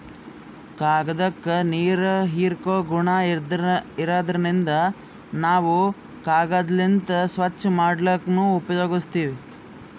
ಕಾಗ್ದಾಕ್ಕ ನೀರ್ ಹೀರ್ಕೋ ಗುಣಾ ಇರಾದ್ರಿನ್ದ ನಾವ್ ಕಾಗದ್ಲಿಂತ್ ಸ್ವಚ್ಚ್ ಮಾಡ್ಲಕ್ನು ಉಪಯೋಗಸ್ತೀವ್